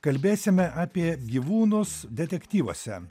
kalbėsime apie gyvūnus detektyvuose